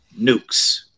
nukes